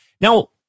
Now